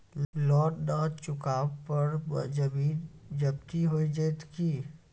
Loan न चुका पर जमीन जब्ती हो जैत की?